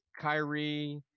Kyrie